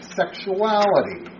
sexuality